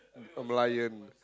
a Merlion